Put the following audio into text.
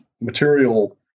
material